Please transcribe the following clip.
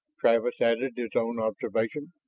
travis added his own observation.